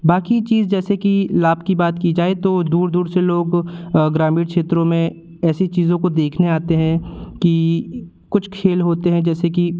बाकी चीज़ जैसे कि लाभ की बात की जाए तो दूर दूर से लोग ग्रामीण क्षेत्रों में ऐसी चीज़ों को देखने आते हैं कि कुछ खेल होते हैं जैसे कि